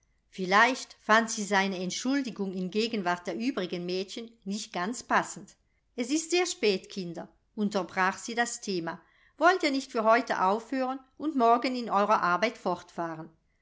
vielleicht fand sie seine entschuldigung in gegenwart der übrigen mädchen nicht ganz passend es ist sehr spät kinder unterbrach sie das thema wollt ihr nicht für heute aufhören und morgen in eurer arbeit fortfahren